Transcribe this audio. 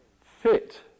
fit